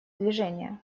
движение